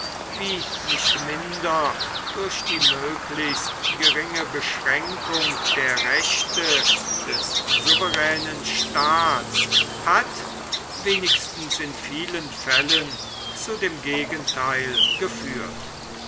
wie nicht minder durch die möglichst geringe beschränkung der rechte des souveränen staates hat wenigstens in vielen fällen zu dem gegenteil geführt